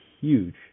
huge